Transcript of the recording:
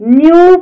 new